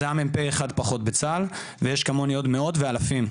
היה מ"פ אחד פחות בצה"ל ויש כמוני עוד מאות ואלפים.